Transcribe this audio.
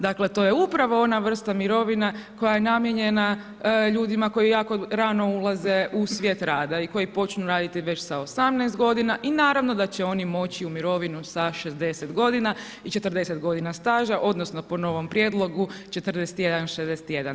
Dakle, to je upravo ona vrsta mirovina koja je namijenjena ljudima koji jako rano ulaze u svijet rada i koji počnu raditi već sa 18 godina i naravno da će oni moći u mirovinu sa 60 godina i 40 godina staža, odnosno po novom prijedlogu 41, 61.